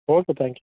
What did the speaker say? okay thank you